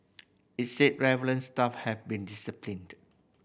it said relevant staff have been disciplined